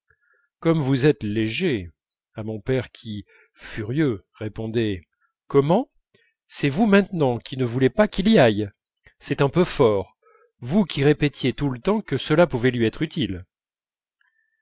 comme vous êtes léger à mon père qui furieux répondait comment c'est vous maintenant qui ne voulez pas qu'il y aille c'est un peu fort vous qui nous répétiez tout le temps que cela pouvait lui être utile